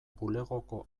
bulegoko